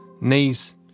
knees